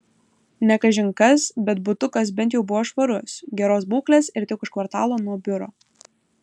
ne kažin kas bet butukas bent jau buvo švarus geros būklės ir tik už kvartalo nuo biuro